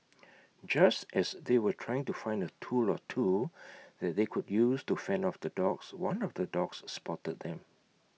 just as they were trying to find A tool or two that they could use to fend off the dogs one of the dogs spotted them